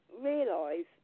realise